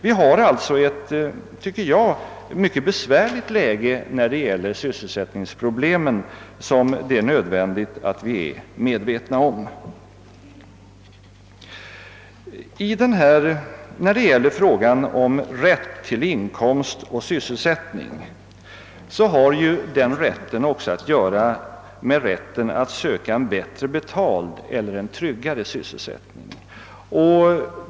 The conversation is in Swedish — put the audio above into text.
Vi har alltså, tycker jag, en mycket bekymmersam situation när det gäller sysselsättningsproblemen, och det är nödvändigt att vi är medvetna om den saken. Frågan om rätt till inkomst och sysselsättning har också att göra med rätten att söka en bättre betald eller en friare sysselsättning.